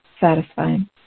satisfying